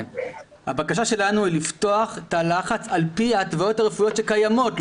הבקשה שלנו היא לפתוח תא לחץ על פי ההתוויות הרפואיות שקיימות,